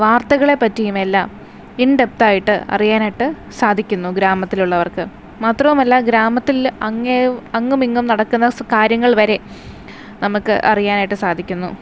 വാർത്തകളെപ്പറ്റിയും എല്ലാം ഇന്ഡെപ്തായിട്ട് അറിയാനായിട്ട് സാധിക്കുന്നു ഗ്രാമത്തിലുള്ളവർക്ക് മാത്രവുമല്ല ഗ്രാമത്തിൽ അങ്ങേ അങ്ങുമിങ്ങും നടക്കുന്ന കാര്യങ്ങൾ വരെ നമുക്ക് അറിയാനായിട്ട് സാധിക്കുന്നു